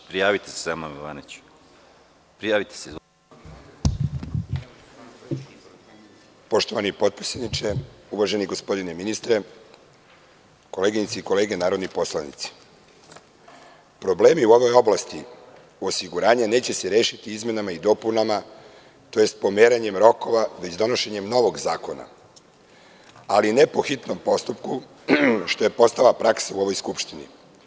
Poštovani potpredsedniče, uvaženi gospodine ministre, koleginice i kolege narodni poslanici, problemi u ovoj oblasti osiguranja neće se rešiti izmenama i dopunama, tj. pomeranjem rokova, već donošenjem novog zakona, ali ne po hitnom postupku, što je postala praksa u ovoj Skupštini.